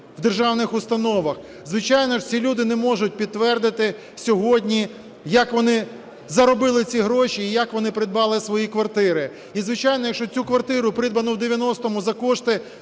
в державних установах. Звичайно ж ці люди не можуть підтвердити сьогодні, як вони заробили ці гроші і як вони придбали свої квартири. І, звичайно, якщо цю квартиру, придбану в 90-му за кошти,